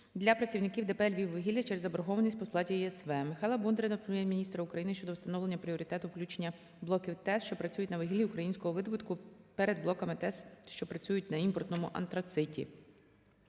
для працівників ДП "Львівугілля" через заборгованість по сплаті ЄСВ. Михайла Бондаря до Прем'єр-міністра України щодо встановлення пріоритету включення блоків ТЕС, що працюють на вугіллі українського видобутку, перед блоками ТЕС, що працюють на імпортному антрациті.